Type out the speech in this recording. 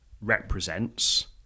represents